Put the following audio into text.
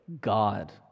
God